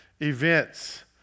events